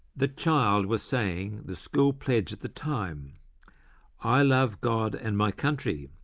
the child was saying the school pledge at the time i love god and my country.